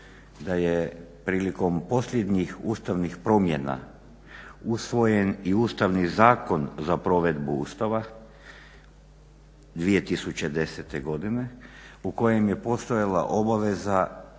da je prilikom posljednjih Ustavnih promjena usvojen i Ustavni zakon za provedbu ustava 2010. godine u kojem je postojala obaveza